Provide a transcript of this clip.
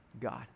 God